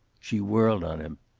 she whirled on him.